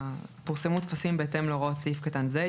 פורסמו טפסים בהתאם להוראות סעיף קטן זה,